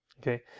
Okay